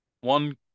one